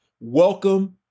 welcome